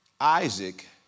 Isaac